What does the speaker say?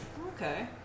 okay